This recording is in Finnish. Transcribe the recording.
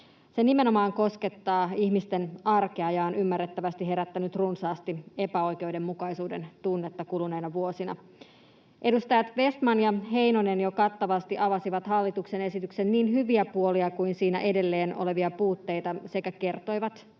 Se nimenomaan koskettaa ihmisten arkea ja on ymmärrettävästi herättänyt runsaasti epäoikeudenmukaisuuden tunnetta kuluneina vuosina. Edustajat Vestman ja Heinonen jo kattavasti avasivat hallituksen esityksen niin hyviä puolia kuin siinä edelleen olevia puutteita sekä kertoivat